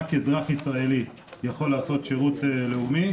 רק אזרח ישראלי יכול לעשות שירות לאומי,